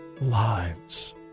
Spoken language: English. lives